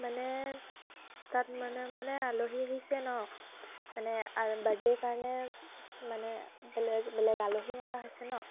মানে তাত মানে মানে আলহী আহিছে ন মানে বাৰ্থডেৰ কাৰণে মানে বেলেগ বেলেগ আলহী মতা হৈছে ন